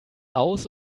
aus